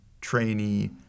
trainee